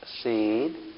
seed